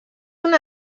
una